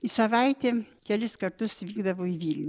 į savaitę kelis kartus vykdavau į vilnių